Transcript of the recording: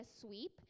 sweep